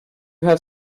have